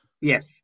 Yes